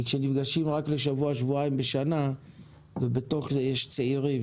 כי כשנפגשים רק לשבוע-שבועיים בשנה ובתוך זה יש צעירים,